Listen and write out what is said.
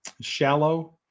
shallow